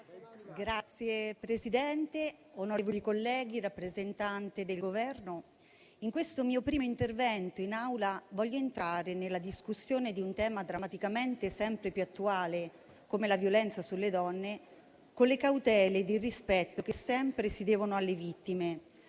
Signor Presidente, onorevoli colleghi, signori del Governo, in questo mio primo intervento in Aula voglio entrare nella discussione di un tema drammaticamente sempre più attuale, come la violenza sulle donne, con le cautele e il rispetto che sempre si devono alle vittime,